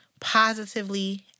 positively